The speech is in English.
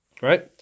right